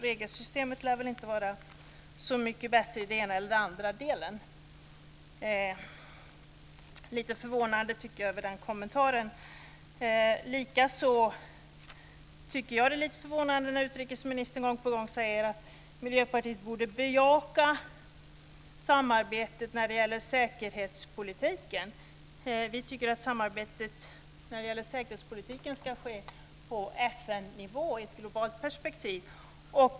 Regelsystemet lär väl inte vara så mycket bättre i den ena eller den andra delen. Jag tycker att den kommentaren är lite förvånande. Likaså tycker jag att det är lite förvånande när utrikesministern gång på gång säger att Miljöpartiet borde bejaka samarbetet när det gäller säkerhetspolitiken. Vi tycker att samarbetet när det gäller säkerhetspolitiken ska ske på FN-nivå i ett globalt perspektiv.